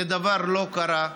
זה דבר שלא קרה,